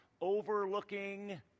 overlooking